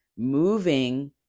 moving